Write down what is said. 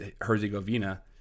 Herzegovina